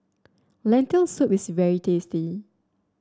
Lentil Soup is very tasty